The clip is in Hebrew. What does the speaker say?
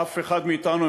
אף אחד מאתנו,